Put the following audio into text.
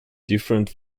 different